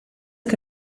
che